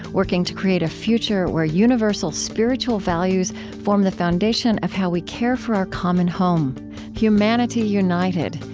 working to create a future where universal spiritual values form the foundation of how we care for our common home humanity united,